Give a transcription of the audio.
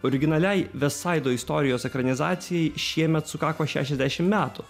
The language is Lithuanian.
originaliai vestsaido istorijos ekranizacijai šiemet sukako šešiasdešim metų